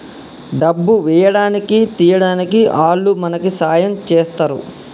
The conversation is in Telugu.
డబ్బు వేయడానికి తీయడానికి ఆల్లు మనకి సాయం చేస్తరు